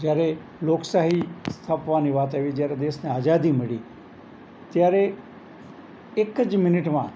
જ્યારે લોકશાહી સ્થાપવાની વાત આવી જ્યારે દેશને આઝાદી મળી ત્યારે એક જ મિનિટમાં